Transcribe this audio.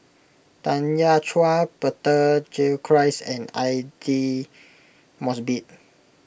Tanya Chua Peter Gilchrist and Aidli Mosbit